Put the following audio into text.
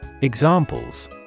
Examples